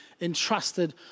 entrusted